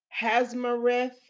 Hazmarith